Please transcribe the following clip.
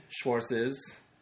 Schwartz's